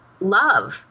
love